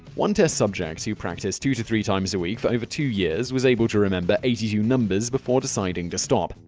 one test subject, who practiced two or three times a week for over two years, was able to remember eighty two numbers before deciding to stop.